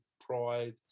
pride